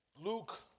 Luke